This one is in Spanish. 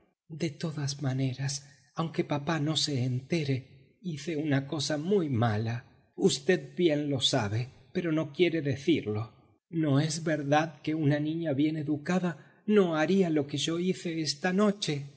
de todas maneras aunque papá no se entere hice una cosa muy mala usted bien lo sabe pero no quiere decirlo no es verdad que una niña bien educada no haría lo que yo hice esta noche